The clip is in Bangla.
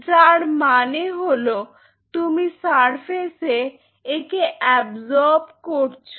যার মানে হল তুমি সার্ফেসে একে অ্যাবসর্প করছো